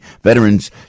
veterans